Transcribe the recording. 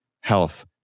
health